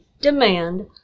demand